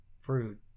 fruit